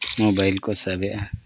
mobile ᱠᱚ ᱥᱟᱵᱮᱜᱼᱟ